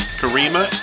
Karima